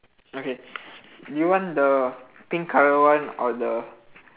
okay do you want the pink colour one or the